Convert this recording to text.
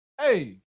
hey